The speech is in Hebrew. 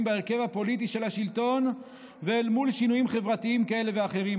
בהרכב הפוליטי של השלטון ואל מול שינויים חברתיים כאלה ואחרים.